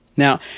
Now